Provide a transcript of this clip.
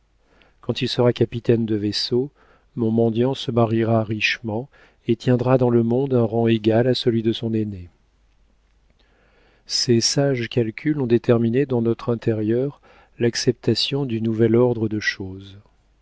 quand il sera capitaine de vaisseau mon mendiant se mariera richement et tiendra dans le monde un rang égal à celui de son aîné ces sages calculs ont déterminé dans notre intérieur l'acceptation du nouvel ordre de choses